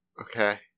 Okay